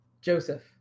Joseph